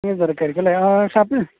തിരക്കായിരിക്കും അല്ലേ ഷാപ്പ്